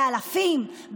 באלפים,